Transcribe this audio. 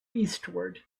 eastward